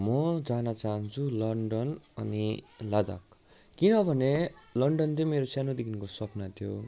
म जान चाहन्छु लन्डन अनि लद्दाख किनभने लन्डन चाहिँ मेरो सानोदेखिको सपना थियो